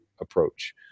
approach